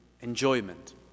enjoyment